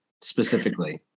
specifically